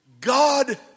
God